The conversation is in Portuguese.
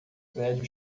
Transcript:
prédio